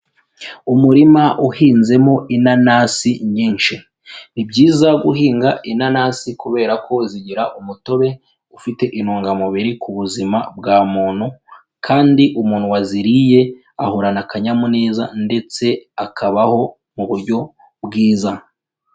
Umurima uhinzemo inanasi nyinshi, ni byiza guhinga inanasi kubera ko zigira umutobe ufite intungamubiri ku buzima bwa muntu kandi umuntu waziriye ahorana akanyamuneza ndetse akabaho mu buryo bwiza.